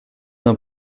d’un